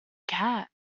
cat